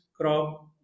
crop